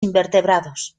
invertebrados